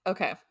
Okay